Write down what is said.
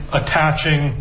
attaching